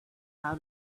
how